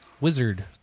Wizard